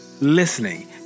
listening